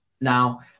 Now